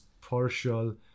partial